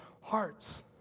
hearts